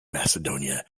macedonia